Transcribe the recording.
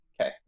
Okay